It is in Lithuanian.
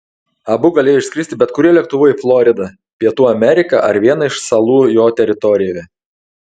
abu galėjo išskristi bet kuriuo lėktuvu į floridą pietų ameriką ar vieną iš salų jo teritorijoje